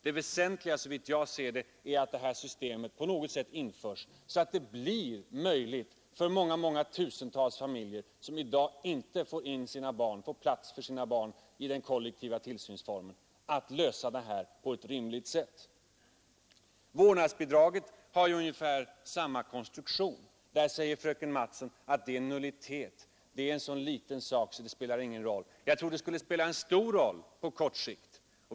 Det väsentliga, såvitt jag ser det, är att detta system på något sätt införs, så att det blir möjligt för de många tusentals familjer, som i dag inte får plats för sina barn i den kollektiva tillsynsformen, att lösa problemet på ett rimligt sätt. Vårdnadsbidraget har ungefär samma konstruktion. Där säger fröken Mattson att det är en nullitet. Det är en så liten sak att den inte spelar någon roll. Jag tror att den spelar en stor roll på kort sikt.